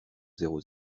zéro